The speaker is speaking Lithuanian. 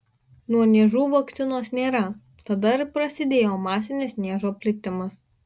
nuo niežų vakcinos nėra tada ir prasidėjo masinis niežo plitimas